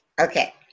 okay